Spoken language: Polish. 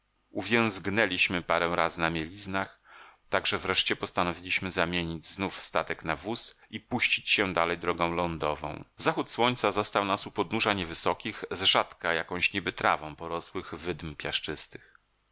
uwięzgnęliśmy parę razy na mieliznach tak że wreszcie postanowiliśmy zamienić znów statek na wóz i puścić się dalej drogą lądową zachód słońca zastał nas u podnóża niewysokich zrzadka jakąś niby trawą porosłych wydm piaszczystych